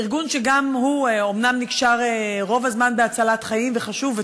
ארגון שאומנם נקשר רוב הזמן בהצלת חיים והוא חשוב,